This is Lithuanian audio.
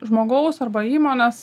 žmogaus arba įmonės